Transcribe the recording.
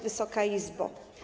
Wysoka Izbo!